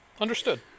Understood